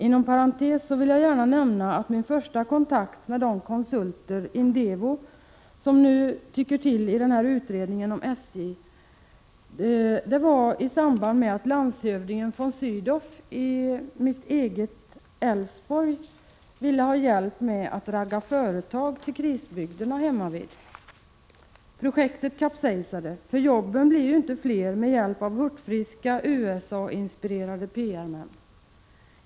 Inom parentes vill jag gärna nämna att min första kontakt med konsultfirman Indevo, som nu tycker till i denna utredning, var i samband med att landshövdingen von Sydow i Älvsborgs län ville ha hjälp med att ragga företag till krisbygderna hemmavid. Projektet kapsejsade — jobben blir inte fler med hjälp av hurtfriska USA-inspirerade PR-män.